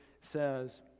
says